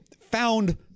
found